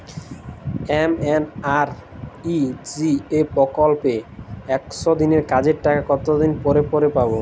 MNREGA প্রকল্পে একশ দিনের কাজের টাকা কতদিন পরে পরে পাব?